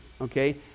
okay